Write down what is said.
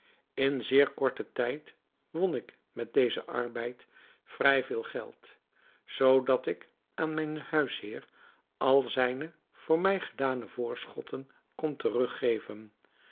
in zeer korten tijd won ik met dezen arbeid vrij veel geld zoo dat ik aan mijn huisheer al zijne voor mij gedane voorschotten kon teruggeven